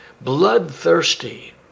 bloodthirsty